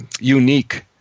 unique